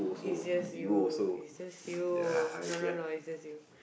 it's just you it's just you no no no it's just you